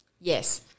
Yes